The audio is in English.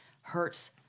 hurts